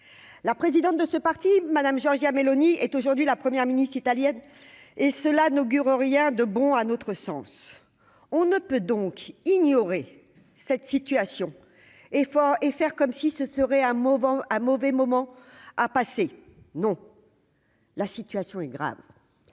la présidente de ce parti Madame Giorgia Meloni est aujourd'hui la première ministre italienne et cela n'augure rien de bon à notre sens, on ne peut donc ignorer cette situation est fort et faire comme si ce serait un moment un mauvais moment à passer non. La situation est grave